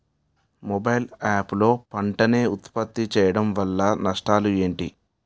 Mobile app లో పంట నే ఉప్పత్తి చేయడం వల్ల నష్టాలు ఏంటి?